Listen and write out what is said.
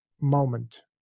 moment